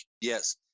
Yes